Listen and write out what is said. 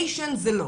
ניישן, זה לא.